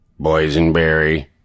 boysenberry